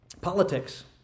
politics